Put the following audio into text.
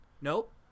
nope